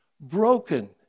broken